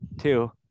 Two